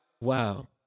wow